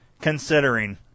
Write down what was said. considering